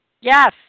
Yes